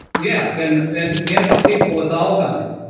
yeah, and and in people with alzheimer's.